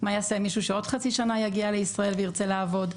מה יעשה מישהו שבעוד חצי שנה יגיע לישראל וירצה לעבוד?